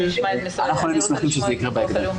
אנחנו היינו שמחים שזה יקרה בהקדם.